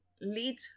lead